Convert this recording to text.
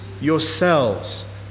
yourselves